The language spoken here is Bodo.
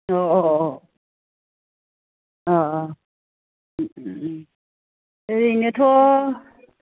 अह अह अह अह अह उम ओरैनोथ'